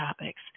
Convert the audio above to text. topics